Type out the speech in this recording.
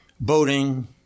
boating